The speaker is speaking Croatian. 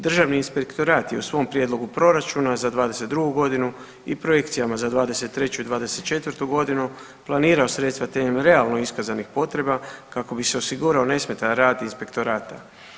Državni inspektorat je u svom prijedlogu proračuna za '22. godinu i projekcijama za '23. i '24. godinu planirao sredstva temeljem realno iskazanih potreba kako bi se osigurao nesmetan rad inspektorata.